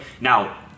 Now